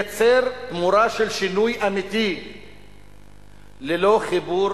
לייצר תמורה של שינוי אמיתי ללא חיבור